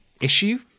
issue